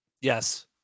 Yes